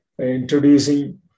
introducing